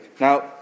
Now